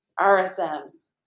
RSMs